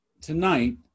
Tonight